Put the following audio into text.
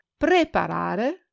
preparare